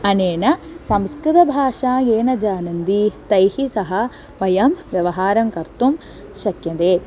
अनेन संस्कृतभाषा ये न जानन्ति तैः सह वयं व्यवहारं कर्तुं शक्यन्ते